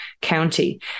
county